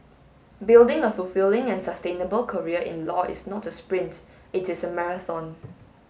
building a fulfilling and sustainable career in law is not a sprint it is a marathon